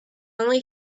only